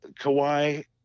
Kawhi